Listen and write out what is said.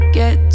get